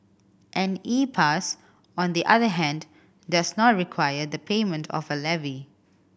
an E Pass on the other hand does not require the payment of a levy